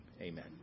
Amen